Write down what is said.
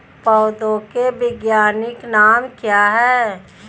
पौधों के वैज्ञानिक नाम क्या हैं?